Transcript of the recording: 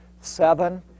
seven